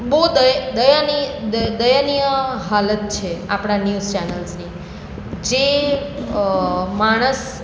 બહુ દય દયનીય દયનીય હાલત છે આપણા ન્યૂઝ ચેનલ્સની જે માણસ